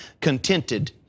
contented